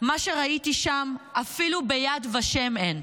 מה שראיתי שם, אפילו ביד ושם, אין.